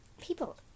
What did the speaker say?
people